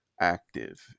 active